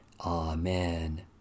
Amen